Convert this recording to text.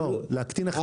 לא צריך להקטין הכנסות.